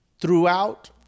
throughout